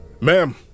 Ma'am